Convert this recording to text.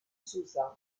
susan